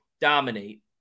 dominate